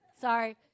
Sorry